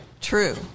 True